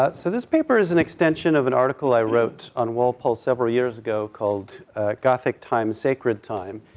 ah so this paper is an extension of an article i wrote on walpole several years ago, called gothic time, sacred time,